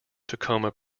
tacoma